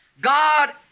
God